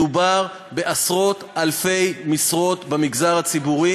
מדובר בעשרות-אלפי משרות במגזר הציבורי.